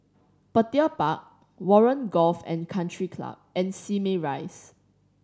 Petir Park Warren Golf and Country Club and Simei Rise